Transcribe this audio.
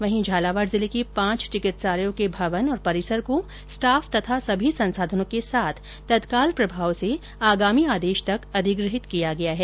वहीं झालावाड़ जिले के पांच चिकित्सालयों के भवन और परिसर को स्टाफ तथा सभी संसाधनों के साथ तत्काल प्रभाव से आगामी आदेश तक अधिग्रहित किया गया है